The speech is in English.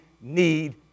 need